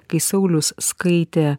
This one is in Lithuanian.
kai saulius skaitė